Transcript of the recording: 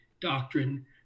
doctrine